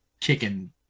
kicking